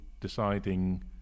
deciding